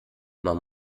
man